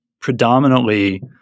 predominantly